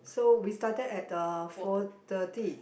so we started at uh four thirty